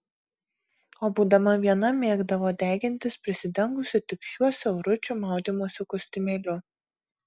o būdama viena mėgdavo degintis prisidengusi tik šiuo siauručiu maudymosi kostiumėliu